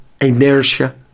inertia